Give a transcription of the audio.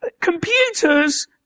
Computers